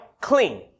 clean